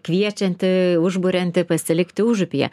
kviečianti užburianti pasilikti užupyje